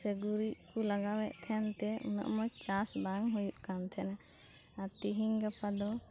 ᱥᱮ ᱜᱩᱨᱤᱡ ᱠᱚ ᱞᱟᱜᱟᱣ ᱮᱫ ᱛᱟᱦᱮᱸᱫ ᱛᱮ ᱩᱱᱟᱹᱜ ᱢᱚᱸᱡᱽ ᱪᱟᱥ ᱵᱟᱝ ᱦᱳᱭᱳᱜ ᱠᱟᱱ ᱛᱟᱦᱮᱸᱫᱼᱟ ᱟᱨ ᱛᱮᱦᱮᱸᱧ ᱜᱟᱯᱟ ᱫᱚ